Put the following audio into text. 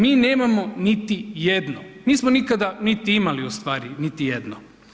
Mi nemamo niti jedno, nismo nikada niti imali u stvari niti jedno.